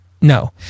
No